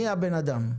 מי הבן-אדם?